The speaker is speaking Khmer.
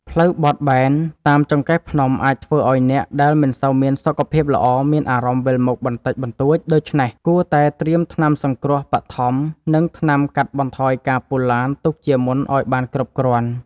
ផ្លូវបត់បែនតាមចង្កេះភ្នំអាចធ្វើឱ្យអ្នកដែលមិនសូវមានសុខភាពល្អមានអារម្មណ៍វិលមុខបន្តិចបន្តួចដូច្នេះគួរតែត្រៀមថ្នាំសង្គ្រោះបឋម និង ថ្នាំកាត់បន្ថយការពុលឡានទុកជាមុនឱ្យបានគ្រប់គ្រាន់។